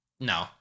No